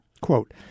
Quote